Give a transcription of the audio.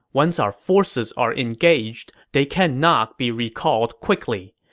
once our forces are engaged, they cannot be recalled quickly.